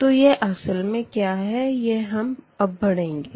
तो यह असल में क्या है यह हम अब पढ़ेंगे